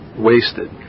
wasted